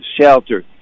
shelter